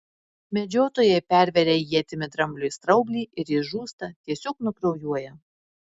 medžiotojai perveria ietimi drambliui straublį ir jis žūsta tiesiog nukraujuoja